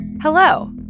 Hello